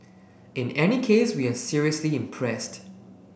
in any case we are seriously impressed